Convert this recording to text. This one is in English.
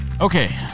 Okay